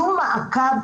שום מעקב,